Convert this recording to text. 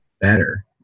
better